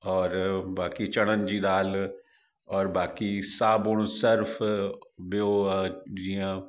और बाक़ी चणनि जी दाल और बाक़ी साबुण सरिफ़ु ॿियो जीअं